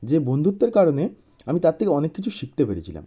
যে বন্ধুত্বের কারণে আমি তার থেকে অনেক কিছু শিখতে পেরেছিলাম